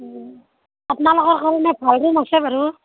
আপোনালোকৰ কাৰণে আছে বাৰু